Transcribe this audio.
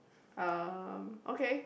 um okay